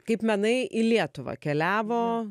kaip menai į lietuvą keliavo